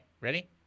Ready